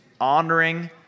honoring